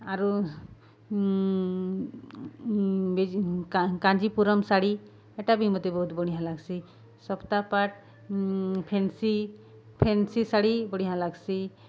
ଆରୁ କାଞ୍ଜିପୁରମ୍ ଶାଢ଼ୀ ହେଟା ବି ମତେ ବହୁତ୍ ବଢ଼ିଆଁ ଲାଗ୍ସି ସପ୍ତାପାଟ୍ ଫେନ୍ସି ଫେନ୍ସି ଶାଢ଼ୀ ବଢ଼ିଆଁ ଲାଗ୍ସି